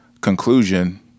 conclusion